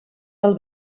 del